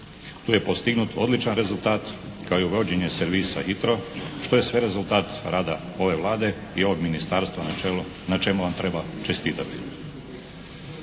Tu je postignut odličan rezultat kao i uvođenje servisa "hitro" što je sve rezultat rada ove Vlade i ovog Ministarstva na čelu, na čemu vam treba čestitati.